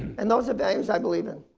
and those are things i believe in.